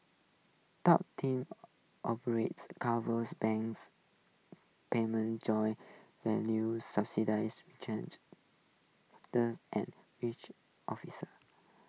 top team operations covers banks payment joint ventures subsidiaries rechange the and rich officers